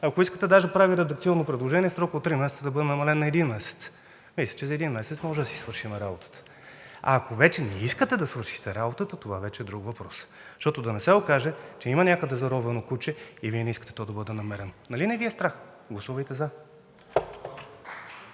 Ако искате, даже правя и редакционно предложение, срокът от три месеца да бъде намален на един месец. Мисля, че за един месец можем да си свършим работата. Ако не искате да свършите работата, това вече е друг въпрос. Защото да не се окаже, че има някъде заровено куче и Вие не искате то да бъде намерено. Нали не Ви е страх?! Гласувайте за!